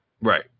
Right